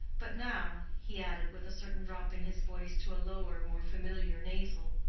but now, he added, with a certain drop in his voice to a lower, more familiar nasal,